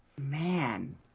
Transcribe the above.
man